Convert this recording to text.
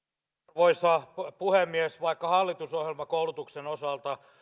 arvoisa puhemies vaikka hallitusohjelma koulutuksen osalta